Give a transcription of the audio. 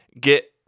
get